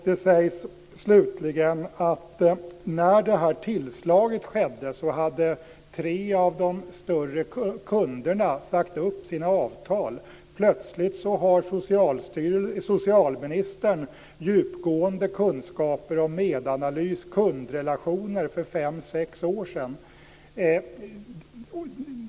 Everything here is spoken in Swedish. Det sägs slutligen att när tillslaget skedde så hade tre av de större kunderna sagt upp sina avtal. Plötsligt har socialministern djupgående kunskaper om Medanalys kundrelationer för fem sex år sedan!